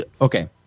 okay